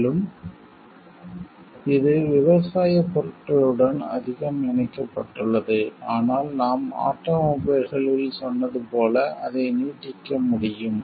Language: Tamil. மேலும் இது விவசாயப் பொருட்களுடன் அதிகம் இணைக்கப்பட்டுள்ளது ஆனால் நாம் ஆட்டோமொபைல்களில் சொன்னது போல் அதை நீட்டிக்க முடியும்